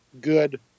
good